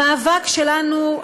המאבק שלנו,